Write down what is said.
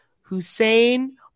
Hussein